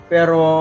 Pero